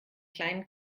kleinen